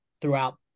throughout